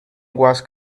was